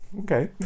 okay